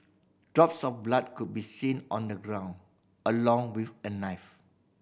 drop some blood could be seen on the ground along with a knife